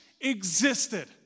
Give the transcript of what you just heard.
existed